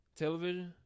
Television